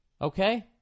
Okay